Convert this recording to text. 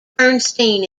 bernstein